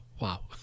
Wow